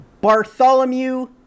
Bartholomew